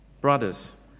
brothers